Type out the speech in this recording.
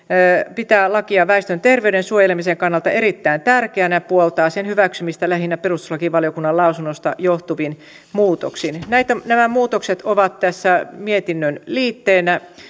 pitää lakia väestön terveyden suojelemisen kannalta erittäin tärkeänä ja puoltaa sen hyväksymistä lähinnä perustuslakivaliokunnan lausunnosta johtuvin muutoksin nämä muutokset ovat tässä mietinnön liitteenä